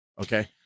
Okay